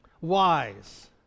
wise